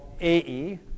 AE